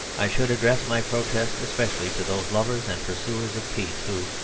i should address my protest especially to those lovers and pursuers of peace who,